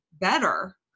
better